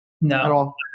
No